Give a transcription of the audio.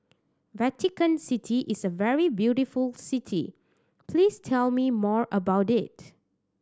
Vatican City is a very beautiful city please tell me more about it